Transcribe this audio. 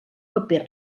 paper